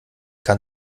kann